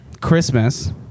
Christmas